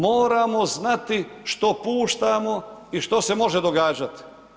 Moramo znati što puštamo i što se može događati.